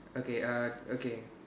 okay uh okay